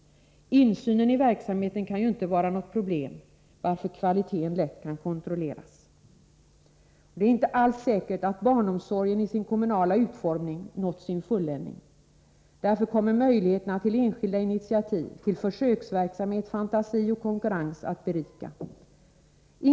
Insynen i verksamheten kan ju inte vara något problem, varför kvaliteten lätt kan kontrolleras. Det är inte alls säkert att barnomsorgen i sin kommunala utformning nått sin fulländning. Därför kommer möjligheterna till enskilda initiativ, försöksverksamhet, fantasi och konkurrens att berika.